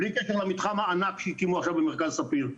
בלי קשר למתחם הענק שהקימו עכשיו במרכז ספיר.